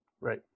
Right